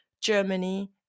Germany